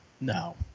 No